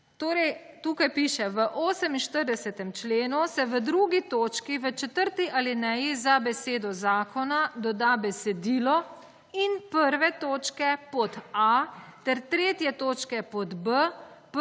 Torej tukaj piše: »V 48. členu se v 2. točki v četrti alineji za besedo zakona doda besedilo in 1. točko pod a., ter 3. točke pod